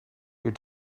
your